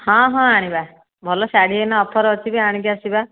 ହଁ ହଁ ଆଣିବା ଭଲ ଶାଢ଼ୀ ଏଇନେ ଅଫର ଅଛି ବି ଆଣିକି ଆସିବା